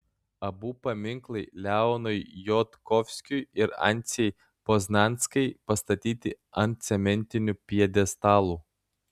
abu paminklai leonui jodkovskiui ir anciai poznanskai pastatyti ant cementinių pjedestalų